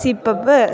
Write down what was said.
sip up